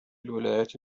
الولايات